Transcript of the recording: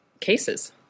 cases